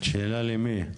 שאלה למי?